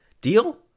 Deal